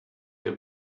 der